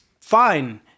fine